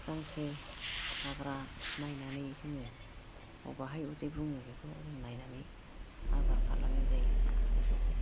गांसो हाग्रा नायनानै जोङो अबाहाय उदै बुङो बिखौ जों लायनानै आबार खालामनाय जायो मोसौखौ